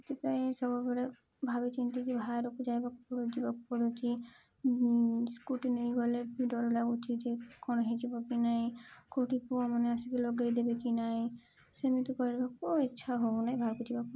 ସେଥିପାଇଁ ସବୁବେଳେ ଭାବି ଚିନ୍ତିକି ବାହାରକୁ ଯାଇବାକୁ ପଡ଼ୁ ଯିବାକୁ ପଡ଼ୁଛି ସ୍କୁଟି ନେଇଗଲେ ବି ଡର ଲାଗୁଛି ଯେ କ'ଣ ହେଇଯିବ କି ନାହିଁ କେଉଁଠି ପୁଅମାନେ ଆସିକି ଲଗେଇ ଦେବେ କି ନାହିଁ ସେମିତି କରିବାକୁ ଇଚ୍ଛା ହଉ ନାହିଁ ବାହାରକୁ ଯିବାକୁ